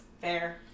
Fair